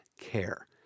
care